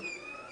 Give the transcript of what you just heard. בדקת